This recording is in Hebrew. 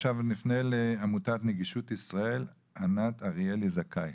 עכשיו נפנה לעמותת נגישות ישראל, ענת אריאלי זכאי.